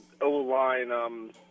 O-line